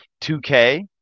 2K